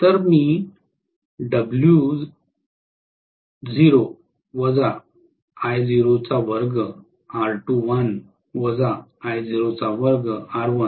तर मी असे म्हणू शकतो